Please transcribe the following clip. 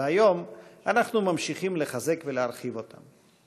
והיום אנחנו ממשיכים לחזק ולהרחיב אותם.